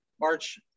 March